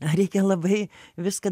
reikia labai viską